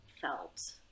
felt